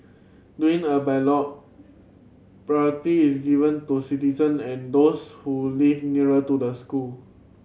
during a ballot priority is given to citizen and those who live nearer to the school